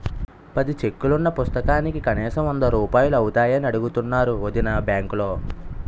పది చెక్కులున్న పుస్తకానికి కనీసం వందరూపాయలు అవుతాయని అడుగుతున్నారు వొదినా బాంకులో